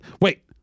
wait